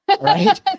Right